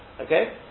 Okay